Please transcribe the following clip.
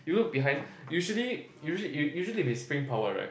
you look behind usually usually usually if it's spring powered right